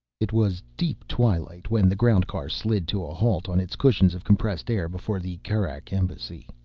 it was deep twilight when the groundcar slid to a halt on its cushions of compressed air before the kerak embassy.